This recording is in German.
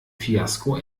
fiasko